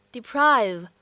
Deprive